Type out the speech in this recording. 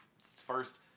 first